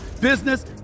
business